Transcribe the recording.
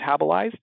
metabolized